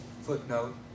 footnote